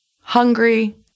hungry